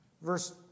Verse